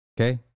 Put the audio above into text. Okay